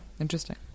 interesting